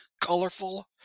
colorful